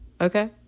okay